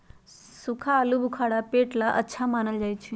सूखा आलूबुखारा पेट ला अच्छा मानल जा हई